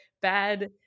bad